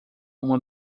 uma